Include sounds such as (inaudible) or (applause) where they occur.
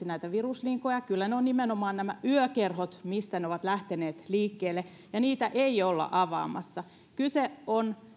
(unintelligible) näitä viruslinkoja niin kyllä ne ovat nimenomaan nämä yökerhot mistä ne ovat lähteneet liikkeelle ja niitä ei olla avaamassa kyse on